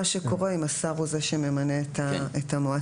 שקורה אם השר הוא זה שממנה את המועצה.